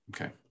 okay